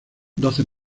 doce